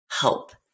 help